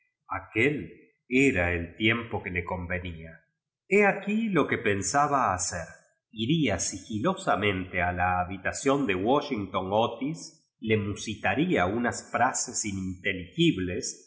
aquél era el tiempo que le con venía hé aquí lo que pensaba hacer tría sigilosamente a la habitación de was hington otís le musitaría unas frases